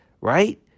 right